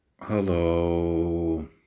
hello